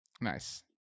Nice